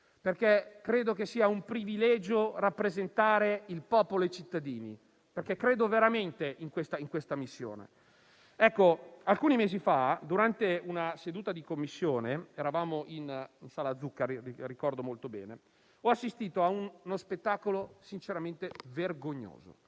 perché credo sia un privilegio rappresentare il popolo e i cittadini e credo veramente in questa missione. Alcuni mesi fa, durante una seduta di Commissione - eravamo in sala Zuccari: lo ricordo molto bene - ho assistito a uno spettacolo sinceramente vergognoso,